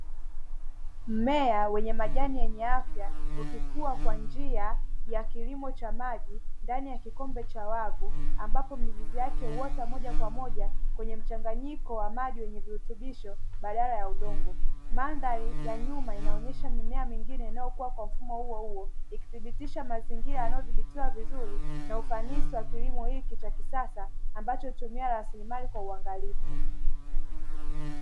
Mmea wenye majani yenye afya uliochipua kwa njia ya kilimo cha maji ndani ya kikombe cha wavu, ambapo mizizi yake kuenda moja kwa moja kwenye mfumo wa maji yenye mchanganyiko wa maji na virutubisho badala ya udongo. Mandhari ya nyuma inaonesha mimea mingine inayokua kwa mfumo huohuo ikithibitisha ufanisi wa kilimo Cha kisasa kinachotumia rasilimali kwa uangalifu.